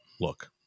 look